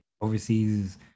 overseas